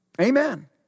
Amen